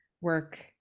work